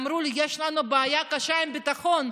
אמרו לי: יש לנו בעיה קשה עם הביטחון,